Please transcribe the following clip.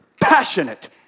passionate